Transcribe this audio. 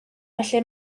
felly